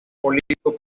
político